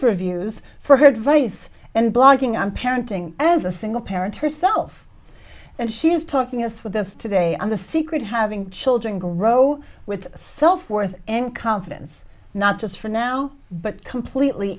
reviews for her advice and blogging on parenting as a single parent herself and she is talking us with us today on the secret having children grow with self worth and confidence not just for now but completely